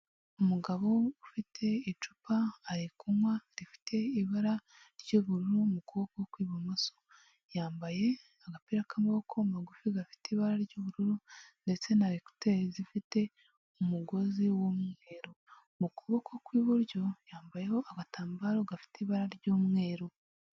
Umugabo ufite icupa ari kunywa rifite ibara ry'ubururu mu kuboko kw'ibumoso, yambaye agapira k'amaboko magufi gafite ibara ry'ubururu, ndetse na ekuteri zifite umugozi w'umweru mu kuboko kw'iburyo yambayeho agatambaro gafite ibara ry'umweru.